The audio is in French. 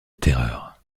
terreur